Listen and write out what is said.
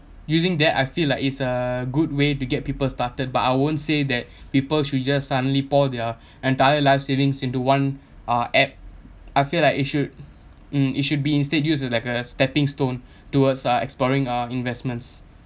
using that I feel like it's a good way to get people started but I won't say that people should just suddenly pour their entire life savings into one uh app I feel like it should mm it should be instead use to like a stepping stone towards uh exploring on investments